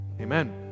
Amen